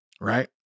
right